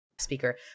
speaker